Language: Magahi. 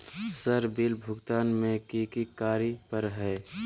सर बिल भुगतान में की की कार्य पर हहै?